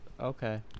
okay